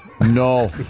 No